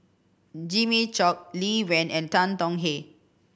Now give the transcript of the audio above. Jimmy Chok Lee Wen and Tan Tong Hye